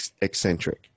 eccentric